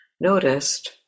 noticed